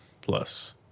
plus